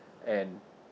and